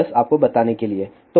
बस आपको बताने के लिए